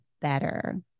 better